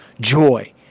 joy